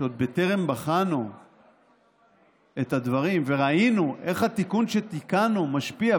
שעוד בטרם בחנו את הדברים וראינו איך התיקון שתיקנו משפיע,